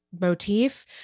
motif